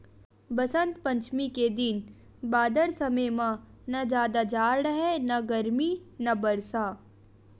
बसंत पंचमी के दिन बादर समे म न जादा जाड़ राहय न गरमी न बरसा